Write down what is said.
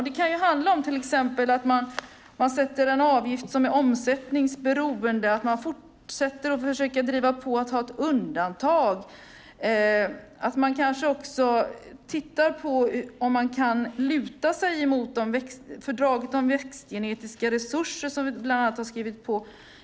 Det kan till exempel handla om att man sätter en avgift som är omsättningsberoende, att man fortsätter att försöka driva på att ha ett undantag och att man kanske också tittar på om man kan luta sig mot fördraget om växtgenetiska resurser som vi bland annat har skrivit på.